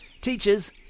teachers